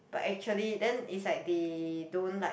but actually then is like they don't like